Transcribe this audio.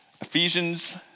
Ephesians